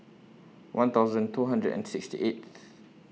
one thousand two hundred and sixty eighth